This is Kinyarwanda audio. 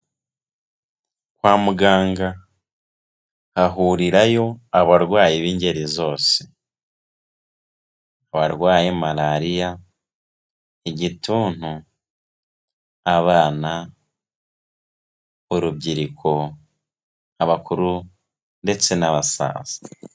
Kwa muganga hahurirayo abarwayi b'ingeri zose, abarwaye malariya, igituntu, abana, urubyiruko, abakuru ndetse n'abasaza.